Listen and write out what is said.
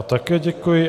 Také děkuji.